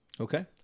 Okay